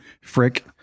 Frick